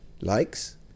likes